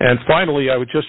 and finally i would just